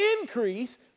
increase